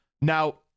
Now